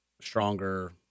stronger